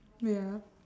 ya